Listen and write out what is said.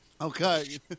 Okay